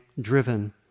driven